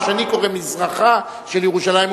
מה שאני קורא "מזרחה של ירושלים",